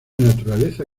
naturaleza